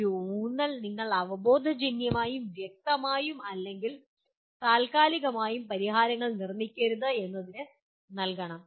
ഒരു ഊന്നൽ നിങ്ങൾ അവബോധജന്യമായും വ്യക്തമായും അല്ലെങ്കിൽ താൽക്കാലികമായും പരിഹാരങ്ങൾ നിർമ്മിക്കരുത് എന്നതിന് നൽകണം